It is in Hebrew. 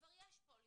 שכבר יש פוליסה.